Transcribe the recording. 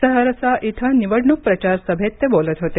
सहर्सा इथं निवडणूक प्रचारसभेत ते बोलत होते